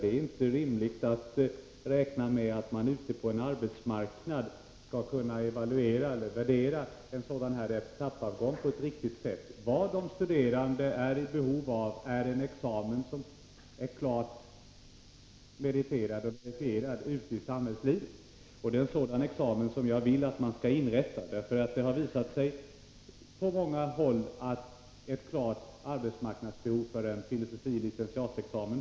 Det är inte rimligt att räkna med att man ute på en arbetsmarknad skall kunna evaluera eller värdera en sådan etappavgång på ett riktigt sätt. Vad de studerande är i behov av är en examen som är klart meriterad och verifierad ute i samhällslivet. Det är en sådan examen som jag vill att man skall inrätta därför att det på många håll har visat sig att det finns ett klart arbetsmarknadsbehov för en filosofie licentiatexamen.